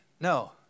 no